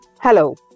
Hello